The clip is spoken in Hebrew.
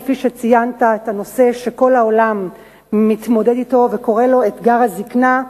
כפי שציינת את הנושא שכל העולם מתמודד אתו וקורא לו "אתגר הזיקנה",